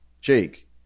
Jake